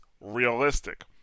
realistic